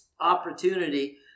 opportunity